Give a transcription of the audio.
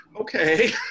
Okay